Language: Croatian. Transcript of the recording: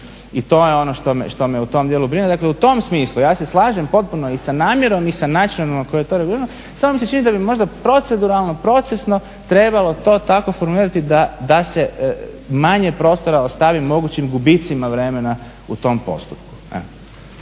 I to je ono što me u tom dijelu brine. Dakle, u tom smislu ja se slažem potpuno i sa namjerom i sa načinom na koji je to regulirano samo mi se čini da bi možda proceduralno, procesno trebalo to tako formulirati da se manje prostora ostavi mogućim gubicima vremena u tom postupku.